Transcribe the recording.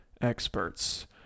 experts